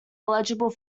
eligible